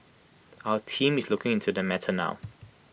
our team is looking into the matter now